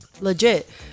legit